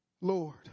Lord